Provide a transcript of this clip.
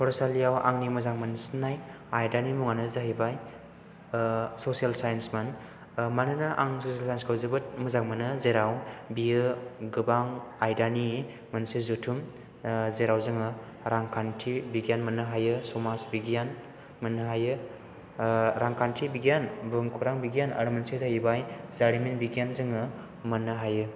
फरायसालियाव आंनि मोजां मोनसिननाय आयदानि मुंआनो जाहैबाय ससियेल साइन्स मोन मानोना आं ससियेल साइन्स खौ जोबोद मोजां मोनो जेराव बेयो गोबां आयदानि मोनसे जथुम जेराव जोङो रांखान्थि बिगियान मोननो हायो समाज बिगियान मोननो हायो रांखान्थि बिगियान बुहुमखौरां बिगियान आरो मोनसेया जाहैबाय जारिमिन बिगियान जोङो मोननो हायो